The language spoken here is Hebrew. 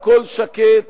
הכול שקט.